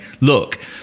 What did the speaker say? Look